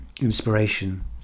inspiration